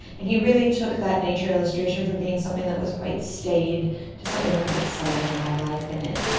and he really took that nature illustration from being something that was quite staid to something that was exciting and had life in it.